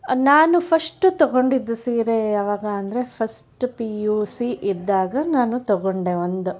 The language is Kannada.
ನಾನು ಫಸ್ಟು ತಗೊಂಡಿದ್ದು ಸೀರೆ ಯಾವಾಗ ಅಂದರೆ ಫಸ್ಟ್ ಪಿ ಯು ಸಿ ಇದ್ದಾಗ ನಾನು ತಗೊಂಡೆ ಒಂದು